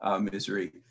misery